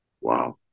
Wow